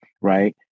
Right